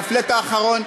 מה-flat האחרון.